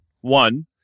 One